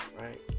right